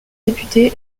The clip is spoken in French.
députés